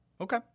Okay